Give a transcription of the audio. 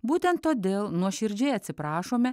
būtent todėl nuoširdžiai atsiprašome